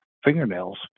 fingernails